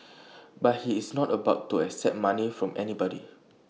but he is not about to accept money from anybody